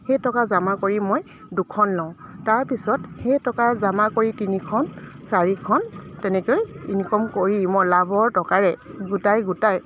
সেই টকা জমা কৰি মই দুখন লওঁ তাৰপিছত সেই টকা জমা কৰি তিনিখন চাৰিখন তেনেকৈ ইনকম কৰি মই লাভৰ টকাৰে গোটাই গোটাই